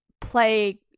play